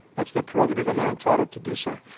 that's their prerogative and they're entitled to do so.